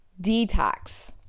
detox